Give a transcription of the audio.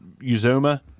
Uzoma